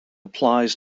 applies